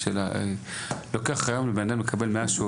שאלה, לוקח היום לבן אדם לקבל מאז שהוא